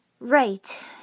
Right